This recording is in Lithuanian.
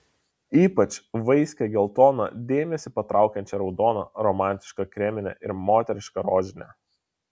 ypač vaiskią geltoną dėmesį patraukiančią raudoną romantišką kreminę ir moterišką rožinę